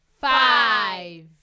five